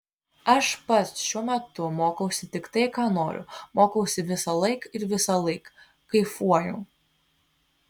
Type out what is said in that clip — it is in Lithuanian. aš pats šiuo metu mokausi tik tai ką noriu mokausi visąlaik ir visąlaik kaifuoju